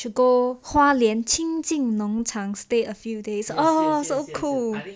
should go 花莲清境农场 stay a few days oh so cool